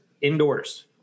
indoors